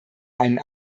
einen